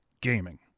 gaming